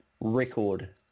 record